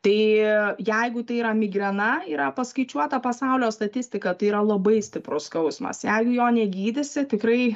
tai jeigu tai yra migrena yra paskaičiuota pasaulio statistika tai yra labai stiprus skausmas jeigu jo negydysi tikrai